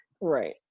Right